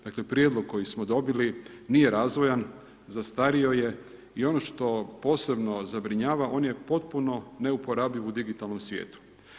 Dakle prijedlog koji smo dobili nije razvojan, zastario je i ono što posebno zabrinjava on je potpuno neuporabljiv u digitalnom svijetu.